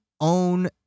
own